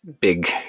big